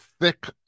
thick